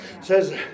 says